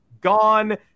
gone